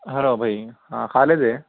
hello بھائی ہاں خالد ہے